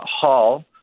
hall